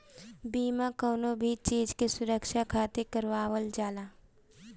बीमा कवनो भी चीज के सुरक्षा खातिर करवावल जाला